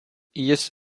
jis